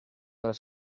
las